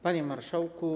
Panie Marszałku!